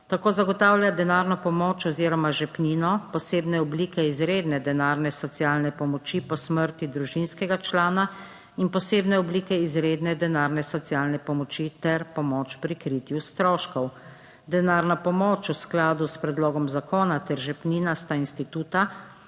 Tako zagotavlja denarno pomoč oziroma žepnino posebne oblike izredne denarne socialne pomoči po smrti družinskega člana 42. TRAK (VI) 12.25 (nadaljevanje) in posebne oblike izredne denarne socialne pomoči ter pomoč pri kritju stroškov. Denarna pomoč v skladu s predlogom zakona ter žepnina sta instituta